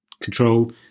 control